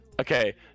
Okay